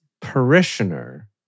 parishioner